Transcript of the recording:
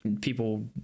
people